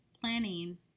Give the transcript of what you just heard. planning